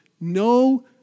no